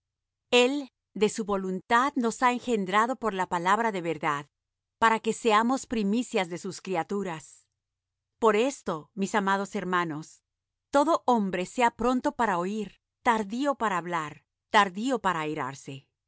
el de su voluntad nos ha engendrado por la palabra de verdad para que seamos primicias de sus criaturas por esto mis amados hermanos todo hombre sea pronto para oir tardío para hablar tardío para airarse porque la